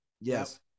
Yes